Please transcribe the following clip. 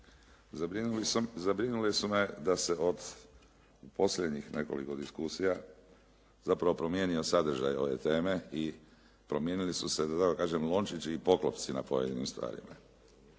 Zabrinule su me da se od posljednjih nekoliko diskusija zapravo promijenio sadržaj ove teme i promijenili su se da tako kažem lončići i poklopci na pojedinim stvarima.